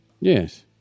Yes